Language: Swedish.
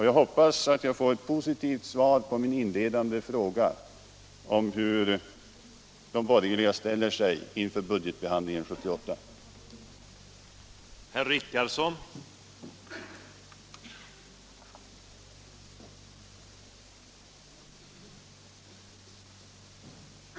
Jag hoppas att jag får ett positivt svar på min inledande fråga om hur de borgerliga ställer sig inför budgetbehandlingen 1978.